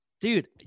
Dude